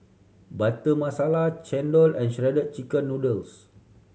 Butter Masala chendol and Shredded Chicken Noodles